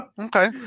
Okay